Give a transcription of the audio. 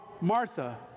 Martha